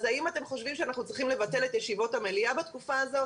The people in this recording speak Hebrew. האם אתם חושבים שאנחנו צריכים לבטל את ישיבות המליאה בתקופה הזאת?